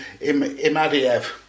Imadiev